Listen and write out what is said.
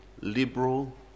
liberal